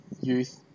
youth